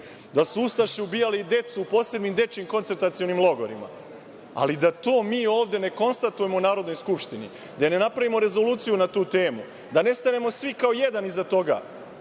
da su ustaše ubijali decu u posebnim dečiji koncentracionim logorima. Ali, da to mi ovde ne konstatujemo u Narodnoj skupštini, da ne napravimo rezoluciju na tu temu, da ne stanemo svi kao jedan iza toga,